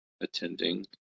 attending